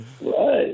Right